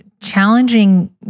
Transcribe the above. challenging